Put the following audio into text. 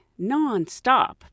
nonstop